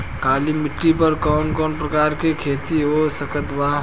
काली मिट्टी पर कौन कौन प्रकार के खेती हो सकत बा?